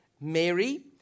Mary